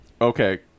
Okay